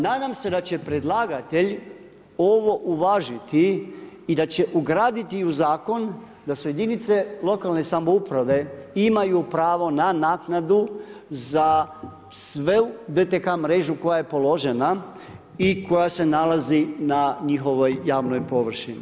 Nadam se da će predlagatelj ovo uvažiti i da će ugraditi u zakon da jedinice lokalne samouprave imaju pravo na naknadu za svu DTK mrežu koja je položena i koja se nalazi na njihovoj javnoj površini.